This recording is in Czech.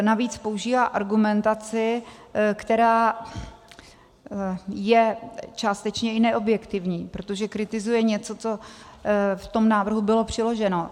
Navíc používá argumentaci, která je částečně i neobjektivní, protože kritizuje něco, co v tom návrhu bylo přiloženo.